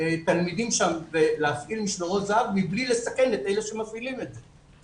תלמידים שם ולהפעיל משמרות זה"ב מבלי לסכן את אלה שמפעילים את זה,